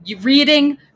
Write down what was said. reading